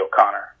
O'Connor